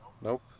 Nope